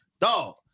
Dog